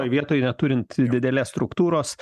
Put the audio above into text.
toj vietoj neturint didelės struktūros